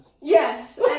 yes